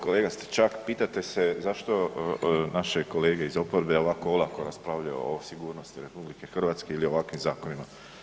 Kolega Stričak, pitate se zašto naše kolege iz oporbe ovako olako raspravljaju o sigurnosti RH ili ovakvim zakonima.